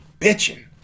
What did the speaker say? bitching